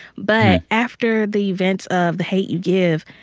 but after the events of the hate u give,